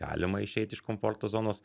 galima išeit iš komforto zonos